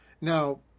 Now